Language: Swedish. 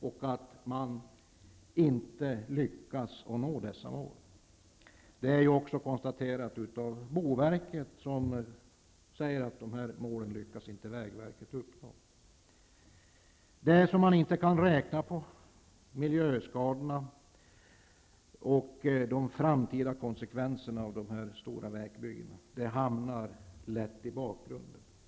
Man kommer inte att lyckas att nå dessa mål. Boverket har också konstaterat att vägverket inte klarar av att nå de uppsatta målen. Det som man inte kan räkna på, miljöskadorna och de framtida konsekvenserna av stora vägbyggen, hamnar lätt i bakgrunden.